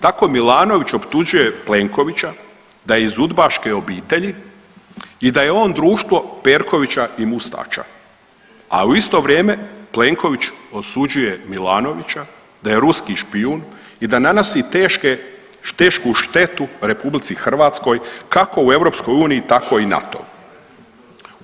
Tako Milanović optužuje Plenkovića da je iz udbaške obitelji i da je on društvo Perkovića i Mustaća, a u isto vrijeme Plenković osuđuje Milanovića da je ruski špijun i da nanosi tešku štetu RH, kako u EU, tako i NATO-u.